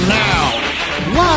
now